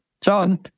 John